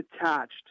attached